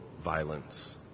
violence